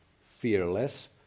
fearless